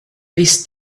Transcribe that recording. this